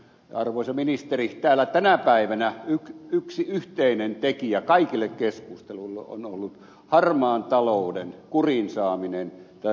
arvoisa ministeri täällä tänä päivänä yksi yhteinen tekijä kaikille keskusteluille on ollut harmaan talouden kuriin saaminen talousrikollisuuden torjunta